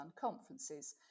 conferences